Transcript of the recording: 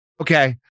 Okay